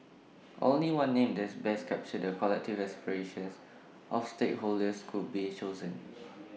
only one name that best captures the collective aspirations of our stakeholders could be chosen